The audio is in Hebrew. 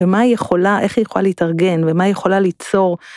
ומה היא יכולה, איך היא יכולה להתארגן, ומה היא יכולה ליצור.